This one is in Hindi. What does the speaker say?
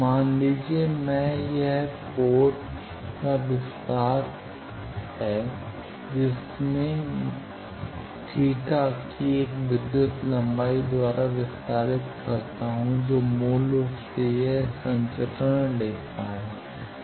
मान लीजिए मैं ये हर पोर्ट का विस्तार है जिसे मैं θ की एक विद्युत लंबाई द्वारा विस्तारित करता हूं जो मूल रूप से यह एक संचरण रेखा है